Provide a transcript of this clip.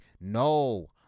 No